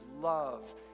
love